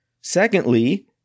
Secondly